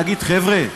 נגיד: חבר'ה,